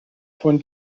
von